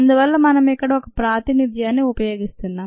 అందువల్ల మనం ఇక్కడ ఒక ప్రాతినిధ్యాన్ని ఉపయోగిస్తున్నాం